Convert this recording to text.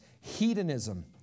Hedonism